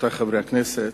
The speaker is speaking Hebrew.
חברי הכנסת,